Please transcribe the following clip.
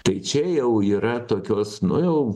tai čia jau yra tokios nu jau